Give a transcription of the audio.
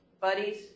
buddies